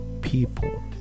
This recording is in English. people